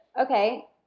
Okay